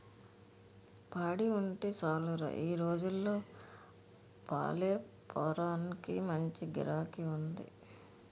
పాడి ఉంటే సాలురా ఈ రోజుల్లో పాలేపారానికి మంచి గిరాకీ ఉంది